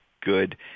good